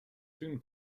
soon